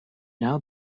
now